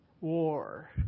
war